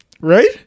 right